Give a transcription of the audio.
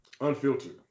unfiltered